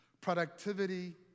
productivity